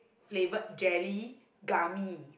flavor jelly kami